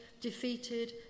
defeated